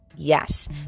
Yes